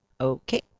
okay